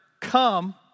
come